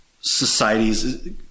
societies